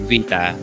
Vita